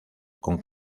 con